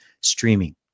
streaming